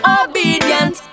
obedient